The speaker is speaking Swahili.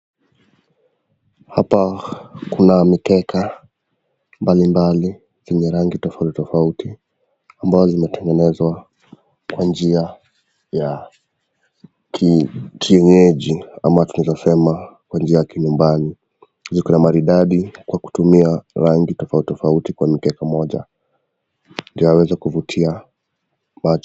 Hapa kuna mikeka mbalimbali zenye rangi tofauti ambazo zimetengenezwa kwa njia ya kienyeji ama tunaweza sema kwa njia ya kinyumbani, juu kuna maridadi kwa kutumia rangi tofauti kwa mkeka mmoja ndio yaweze kuvutia macho.